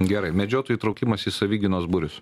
gerai medžiotojų įtraukimas į savigynos būrius